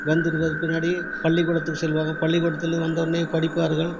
வந்துடுவ பின்னாடி பள்ளிக்கூடத்துக்கு செல்வாங்க பள்ளிக்கூடத்துலேருந்து வந்தன்னே படிப்பார்கள்